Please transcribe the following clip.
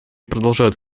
продолжают